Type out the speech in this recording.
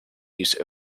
use